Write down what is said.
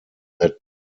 that